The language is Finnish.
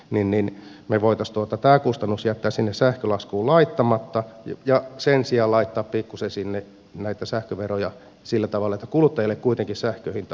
niin niin me voitas ihmisille kustannuksen jättää laittamatta sinne sähkölaskuun ja sen sijaan laittaa pikkuisen sinne näitä sähköveroja sillä tavalla että kuluttajille kuitenkin sähkön hinta pysyisi edullisempana